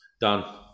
done